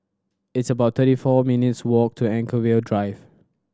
it's about thirty four minutes' walk to Anchorvale Drive